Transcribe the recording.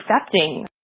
accepting